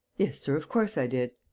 yes, sir, of course i did.